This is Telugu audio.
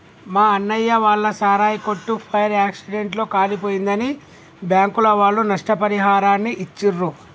మా అన్నయ్య వాళ్ళ సారాయి కొట్టు ఫైర్ యాక్సిడెంట్ లో కాలిపోయిందని బ్యాంకుల వాళ్ళు నష్టపరిహారాన్ని ఇచ్చిర్రు